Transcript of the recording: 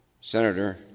Senator